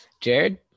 Jared